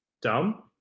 Dumb